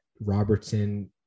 Robertson